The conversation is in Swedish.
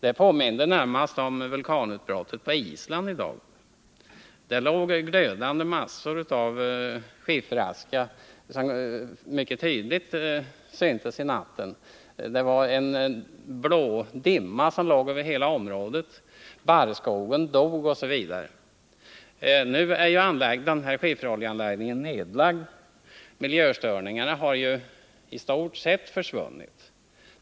Det påminde närmast om det nu aktuella vulkanutbrottet på Island. Där låg glödmassor av skifferaska som syntes på natten, en blå dimma låg över hela området, barrskogen dog, osv. Denna skifferoljeanläggning är nedlagd, och miljöstörningarna har i stort sett försvunnit.